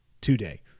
today